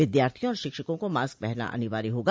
विद्यार्थियों और शिक्षकों को मास्क पहनना अनिवार्य होगा